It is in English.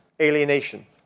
alienation